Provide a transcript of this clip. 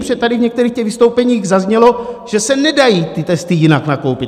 Protože tady v některých těch vystoupeních zaznělo, že se nedají ty testy jinak nakoupit.